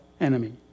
enemy